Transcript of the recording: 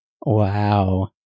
Wow